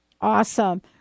Awesome